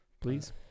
please